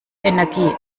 energie